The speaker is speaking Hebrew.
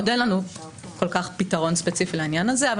עדיין אין לנו פתרון ספציפי לעניין הזה אבל